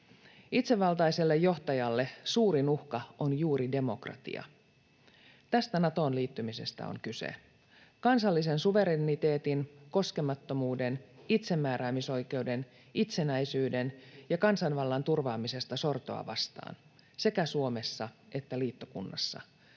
Itsevaltaiselle johtajalle suurin uhka on juuri demokratia. Tästä Natoon liittymisessä on kyse: kansallisen suvereniteetin, koskemattomuuden, itsemääräämisoikeuden, itsenäisyyden ja kansanvallan turvaamisesta sortoa vastaan sekä Suomessa että liittokunnassa,